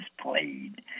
played